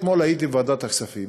אתמול הייתי בוועדת הכספים